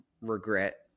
regret